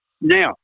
Now